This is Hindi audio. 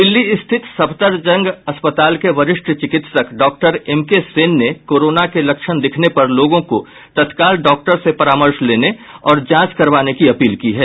दिल्ली स्थित सफदरजंग अस्पताल के वरिष्ठ चिकित्सक डॉक्टर एम के सेन ने कोरोना के लक्षण दिखने पर लोगों को तत्काल डॉक्टर से परामर्श लेने और जांच करवाने की अपील की है